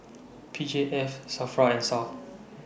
P J F SAFRA and Sal